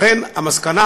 לכן המסקנה,